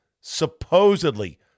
supposedly